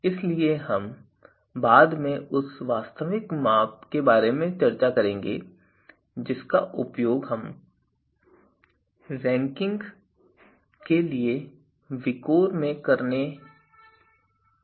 इसलिए हम बाद में उस वास्तविक माप के बारे में चर्चा करेंगे जिसका उपयोग हम रैंकिंग के लिए VIKOR में करने जा रहे हैं